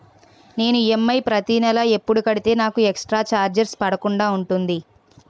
నేను ఈ.ఎం.ఐ ప్రతి నెల ఎపుడు కడితే నాకు ఎక్స్ స్త్ర చార్జెస్ పడకుండా ఉంటుంది?